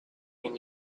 and